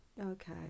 Okay